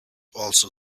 also